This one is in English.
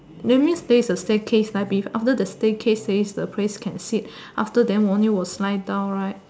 that means there is the staircase lah after the staircase then is the place can sit after then only will slide down right